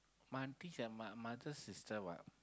my aunty's at my mother sister what